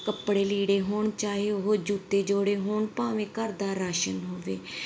ਕੱਪੜੇ ਲੀੜੇ ਹੋਣ ਚਾਹੇ ਉਹ ਜੁੱਤੇ ਜੋੜੇ ਹੋਣ ਭਾਵੇਂ ਘਰ ਦਾ ਰਾਸ਼ਨ ਹੋਵੇ